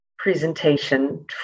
presentation